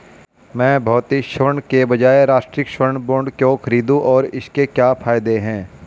मैं भौतिक स्वर्ण के बजाय राष्ट्रिक स्वर्ण बॉन्ड क्यों खरीदूं और इसके क्या फायदे हैं?